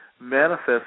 manifest